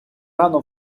рано